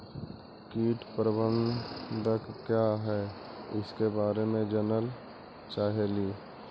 कीट प्रबनदक क्या है ईसके बारे मे जनल चाहेली?